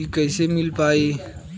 इ कईसे मिल पाई?